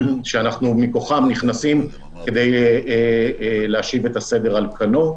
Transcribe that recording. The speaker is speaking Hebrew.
שאנחנו מכוחן נכנסים כדי להשיב את הסדר על כנו.